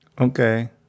okay